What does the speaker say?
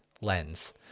lens